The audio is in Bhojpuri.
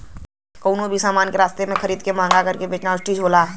कउनो भी समान के सस्ते में खरीद के वोके महंगा करके बेचना आर्बिट्रेज होला